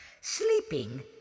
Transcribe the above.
Sleeping